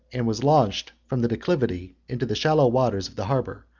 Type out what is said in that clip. and was launched from the declivity into the shallow waters of the harbor,